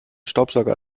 staubsauger